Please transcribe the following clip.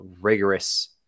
rigorous